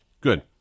Good